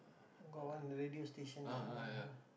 got one radio station